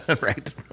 Right